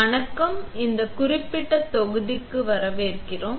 வணக்கம் இந்தக் குறிப்பிட்ட தொகுதிக்கு வரவேற்கிறோம்